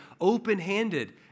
open-handed